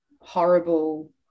horrible